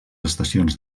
estacions